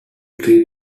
three